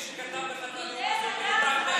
מאולם המליאה.) מי שכתב לך את הנאום הזה,